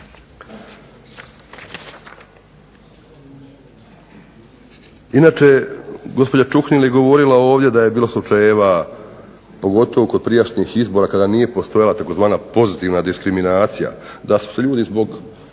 Inače gospođa Čuhnil je govorila ovdje da je bilo slučajeva, pogotovo kod prijašnjih izbora, kada nije postojala tzv. "pozitivna diskriminacija", da su se ljudi zbog,